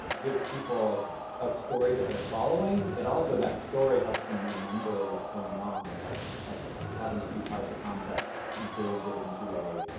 gives people a story that they're following. it also, that story helps them remember what's going on and, like, like having it be part of the context builds it into a